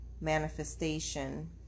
manifestation